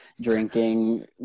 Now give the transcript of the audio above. drinking